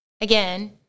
again